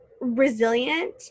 resilient